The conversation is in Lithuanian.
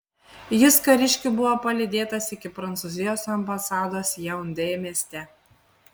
jis kariškių buvo palydėtas iki prancūzijos ambasados jaundė mieste